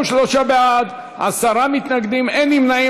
63 בעד, עשרה מתנגדים, אין נמנעים.